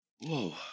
whoa